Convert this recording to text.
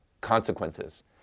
consequences